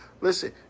Listen